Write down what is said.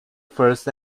first